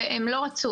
והם לא רצו.